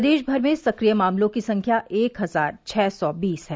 प्रदेश भर में सक्रिय मामलों की संख्या एक हजार छः सौ बीस है